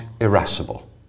irascible